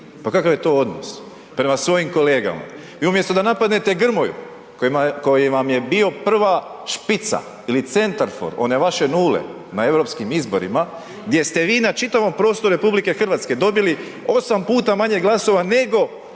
Pa kakav je to odnos prema svojim kolegama? I umjesto da napadnete Grmoju koji vam je bio prva špica ili centarfor one vaše nule na Europskim izborima gdje ste vi na čitavom prostoru RH dobili 8 puta manje glasova nego